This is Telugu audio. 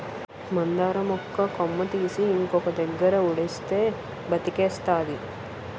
మందార మొక్క కొమ్మ తీసి ఇంకొక దగ్గర ఉడిస్తే బతికేస్తాది